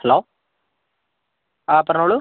hello അ പറഞ്ഞോളൂ